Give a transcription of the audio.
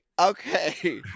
Okay